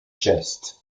chest